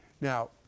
Now